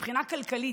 מבחינה כלכלית,